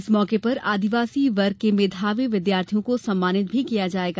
इस मौके पर आदिवासी वर्ग के मेधावी विद्यार्थियों को सम्मानित भी किया जायेगा